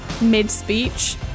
mid-speech